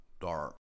dark